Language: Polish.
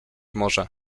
może